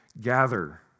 Gather